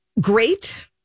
great